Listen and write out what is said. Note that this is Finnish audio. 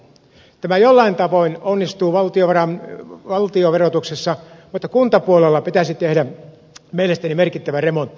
tämä jollain tavoin onnistuu valtionverotuksessa mutta kuntapuolella pitäisi tehdä mielestäni merkittävä remontti